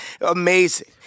amazing